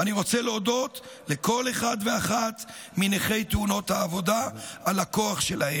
אני רוצה להודות לכל אחד ואחת מנכי תאונות העבודה על הכוח שלהם.